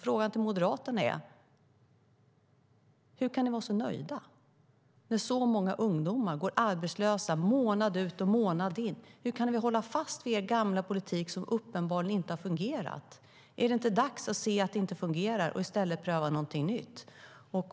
Frågan till Moderaterna är: Hur kan ni vara nöjda när så många ungdomar går arbetslösa månad ut och månad in? Hur kan ni hålla fast vid er gamla politik som uppenbarligen inte har fungerat? Är det inte dags att se att det inte fungerar och i stället pröva någonting nytt?